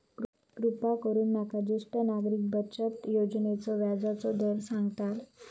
कृपा करून माका ज्येष्ठ नागरिक बचत योजनेचो व्याजचो दर सांगताल